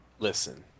Listen